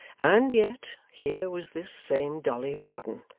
and yet here was this same dolly varden,